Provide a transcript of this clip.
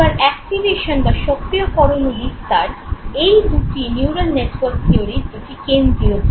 এবার অ্যাক্টিভেশন বা সক্রিয়করণ ও বিস্তার এই দুটি নিউরাল নেটওয়ার্ক থিয়োরির দুটি কেন্দ্রিয় ভাগ